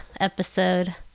episode